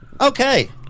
Okay